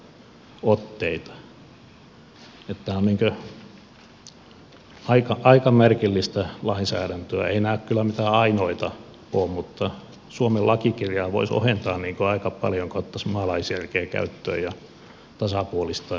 tämä on aika merkillistä lainsäädäntöä eivät nämä kyllä mitään ainoita ole mutta suomen lakikirjaa voisi ohentaa aika paljon kun ottaisi maalaisjärkeä käyttöön ja tasapuolistaisi noita esityksiä